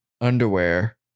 underwear